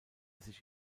sich